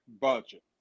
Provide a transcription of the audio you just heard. budget